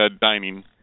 dining